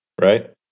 Right